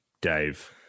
dave